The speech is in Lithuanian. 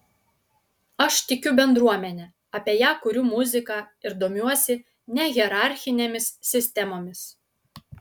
aš tikiu bendruomene apie ją kuriu muziką ir domiuosi nehierarchinėmis sistemomis